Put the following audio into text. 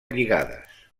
lligades